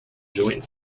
joint